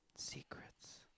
Secrets